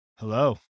Hello